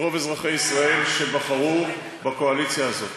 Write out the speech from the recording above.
רוב אזרחי ישראל שבחרו בקואליציה הזאת.